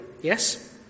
Yes